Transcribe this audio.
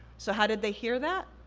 so, how did they hear that?